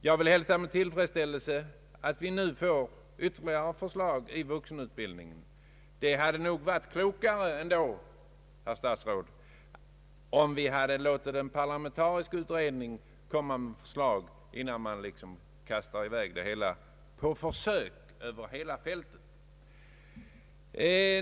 Jag hälsar med tillfredsställelse att vi nu får ytterligare förslag rörande vuxenutbildningen. Men det hade nog ändå varit klokare, herr statsråd, om en parlamentarisk utredning hade fått komma med förslag, innan man sätter i gång på försök över hela fältet.